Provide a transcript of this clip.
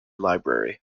library